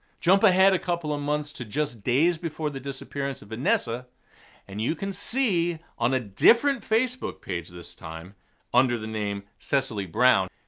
jump ahead a couple of months to just days before the disappearance of vanessa and you can see on a different facebook page, this time under the name cecily brown,